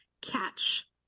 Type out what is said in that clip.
catch